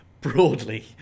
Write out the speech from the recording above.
Broadly